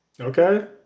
okay